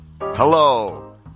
Hello